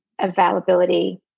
availability